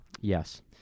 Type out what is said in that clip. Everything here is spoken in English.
Yes